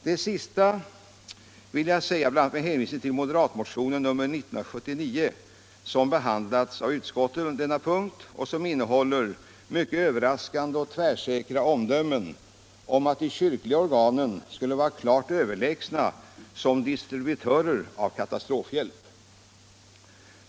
Det sista jag vill säga bl.a. med hänvisning till moderatmotionen nr 1979, som behandlas av utskottet under denna punkt och som innehåller mycket överraskande och tvärsäkra omdömen om att de kyrkliga organen skulle vara klart överlägsna som distributörer av katastrofhjälp.